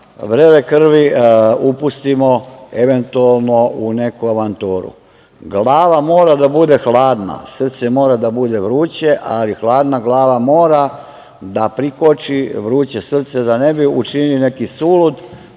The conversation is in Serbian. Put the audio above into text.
vrele krvi upustimo eventualno u neku avanturu. Glava mora da bude hladna, srce mora da bude vruće, ali hladna glava mora da prikoči vruće srce da ne bi učinili neki sulud